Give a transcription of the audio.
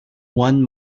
one